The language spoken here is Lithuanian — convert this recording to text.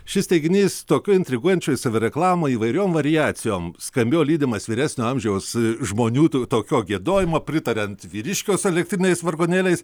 šis teiginys tokioj intriguojančioj savireklamai įvairiom variacijom skambėjo lydimas vyresnio amžiaus žmonių to tokio giedojimo pritariant vyriškio su elektriniais vargonėliais